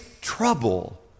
trouble